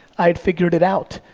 i figured it out.